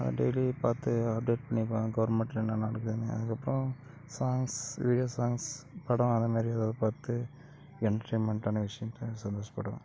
அதை டெய்லி பார்த்து அப்டேட் பண்ணிப்பேன் கவர்மண்ட்டில் என்ன நடக்குதுன்னு அதுக்கு அப்புறம் சாங்ஸ் வீடியோ சாங்ஸ் படம் அதுமாதிரி ஏதாவது பார்த்து என்டர்டைமண்ட்டான விஷயத்துல சந்தோசபடுவேன்